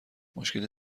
مشکلی